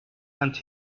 and